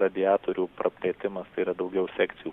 radiatorių praplėtimas tai yra daugiau sekcijų